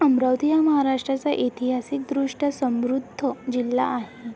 अमरावती हा महाराष्ट्राचा ऐतिहासिकदृष्ट्या समृद्ध जिल्हा आहे